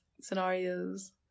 Scenarios